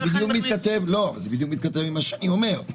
זה בדיוק מתכתב עם מה שאני אומר.